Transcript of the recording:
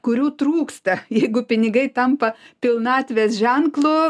kurių trūksta jeigu pinigai tampa pilnatvės ženklu